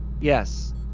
Yes